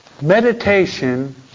Meditation